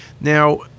Now